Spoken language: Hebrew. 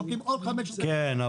כן,